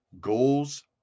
goals